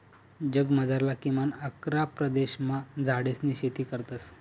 जगमझारला किमान अकरा प्रदेशमा झाडेसनी शेती करतस